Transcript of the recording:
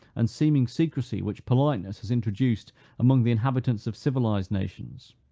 and seeming secrecy, which politeness has introduced among the inhabitants of civilized nations.